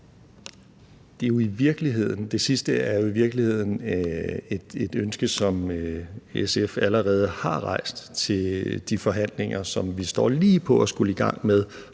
Det sidste er jo i virkeligheden et ønske, som SF allerede har rejst til de forhandlinger, som vi står lige foran at skulle i gang med,